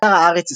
באתר הארץ,